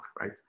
right